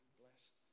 blessed